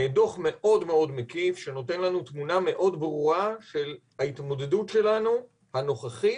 דו"ח מאוד מקיף שנותן לנו תמונה מאוד ברורה של ההתמודדות שלנו הנוכחית,